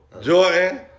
Jordan